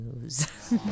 News